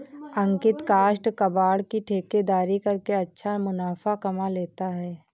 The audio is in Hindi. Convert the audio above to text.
अंकित काष्ठ कबाड़ की ठेकेदारी करके अच्छा मुनाफा कमा लेता है